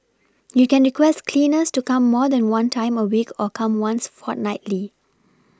you can request cleaners to come more than one time a week or come once fortnightly